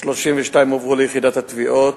32 הועברו ליחידת התביעות,